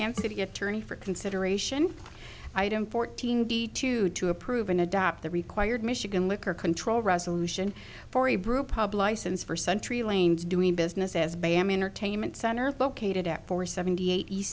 city attorney for consideration item fourteen d two to approve an adopt the required michigan liquor control resolution for a brewpub license for sentry lanes doing business as bam entertainment center located at four seventy eight